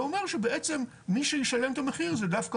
זה אומר בעצם שמי שישלם את המחיר הוא דווקא